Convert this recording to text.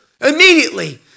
Immediately